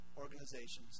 organizations